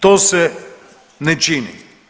To se ne čini.